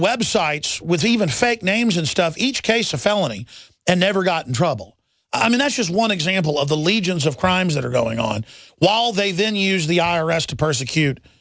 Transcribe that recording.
websites with even fake names and stuff each case a felony and never got in trouble i mean that's just one example of the legions of crimes that are going on while they then use the i r s to persecute